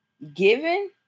given